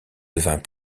devint